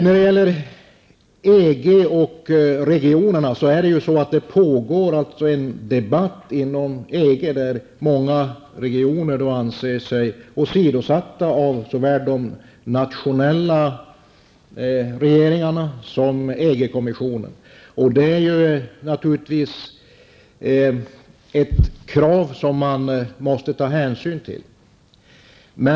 När det gäller EG och regionerna pågår det en debatt inom EG där många regioner anser sig åsidosatta av såväl de nationella regeringarna som EG-kommissionen. Det är naturligtvis något som man måste ta hänsyn till.